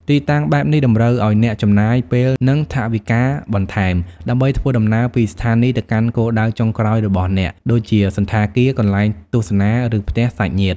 ទីតាំងបែបនេះតម្រូវឱ្យអ្នកចំណាយ ពេល និងថវិកាបន្ថែម ដើម្បីធ្វើដំណើរពីស្ថានីយ៍ទៅកាន់គោលដៅចុងក្រោយរបស់អ្នក ដូចជាសណ្ឋាគារ កន្លែងទស្សនា ឬផ្ទះសាច់ញាតិ។